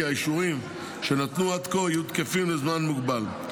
האישורים שניתנו עד כה יהיו תקפים לזמן מוגבל,